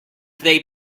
they